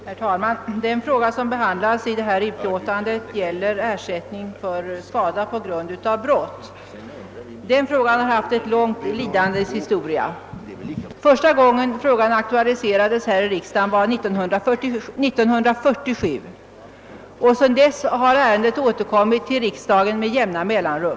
Herr talman! Den fråga som behandlas i detta utlåtande gäller ersättning för skada på grund av brott. Denna fråga har haft en lång lidandeshistoria. Första gången frågan aktualiserades här i riksdagen var 1947, och sedan dess har ärendet återkommit till riksdagen med jämna mellanrum.